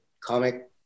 comic